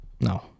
No